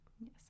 Yes